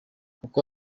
uko